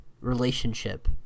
relationship